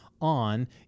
on